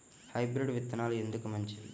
Hybrid విత్తనాలు ఎందుకు మంచివి?